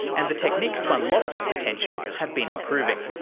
and the techniques to unlock that potential have been improving.